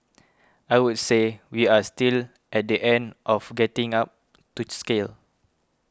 I would say we are still at the end of getting up to scale